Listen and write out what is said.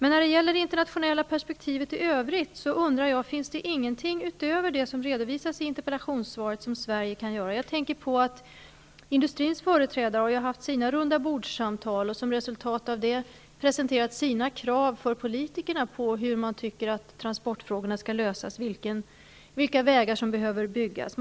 När det gäller det internationella perspektivet i övrigt undrar jag om det inte finns någonting utöver det som redovisas i interpellationssvaret som Sverige kan göra. Jag tänker på att industrins företrädare har haft sina rundabordssamtal och som resultat av det presenterat sina krav för politikerna om hur man tycker att transportfrågorna skall lösas och vilka vägar som behöver byggas.